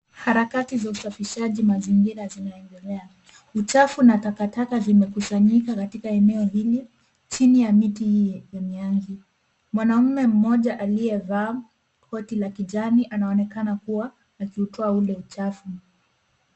Harakati za usafishaji mazingira zinaendelea, uchafu na takataka zimekusanyika katika eneo hili, chini ya miti hii ya mianzi. Mwanaume mmoja aliyevaa koti la kijani, anaonekana kuwa, akiutoa ule uchafu.